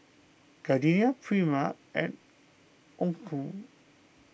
Gardenia Prima and Onkyo